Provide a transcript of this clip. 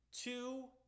two